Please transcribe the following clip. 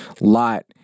Lot